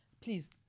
please